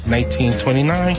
1929